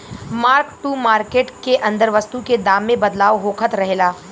mark to market के अंदर वस्तु के दाम में बदलाव होखत रहेला